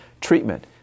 treatment